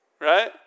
Right